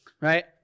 right